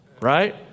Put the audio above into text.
right